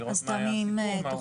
לראות מה היה ומה העובדות ומה קרה.